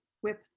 whip